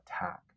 attack